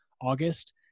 August